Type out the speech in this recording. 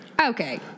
Okay